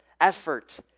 effort